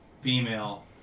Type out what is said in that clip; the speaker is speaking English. female